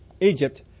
Egypt